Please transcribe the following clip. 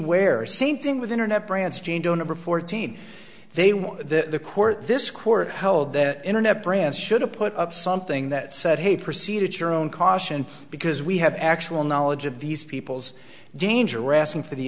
where same thing with internet brands jane doe number fourteen they want the court this court held that internet brands should have put up something that said hey proceed at your own caution because we have actual knowledge of these people's danger asking for the